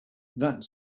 that